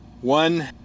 One